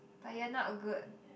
but you're not good